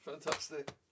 Fantastic